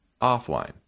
offline